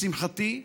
לשמחתי,